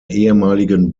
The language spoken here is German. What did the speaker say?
ehemaligen